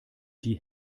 die